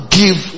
give